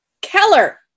Keller